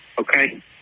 okay